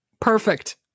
Perfect